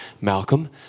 Malcolm